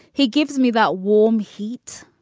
he gives me that warm heat.